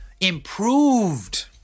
improved